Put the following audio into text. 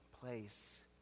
place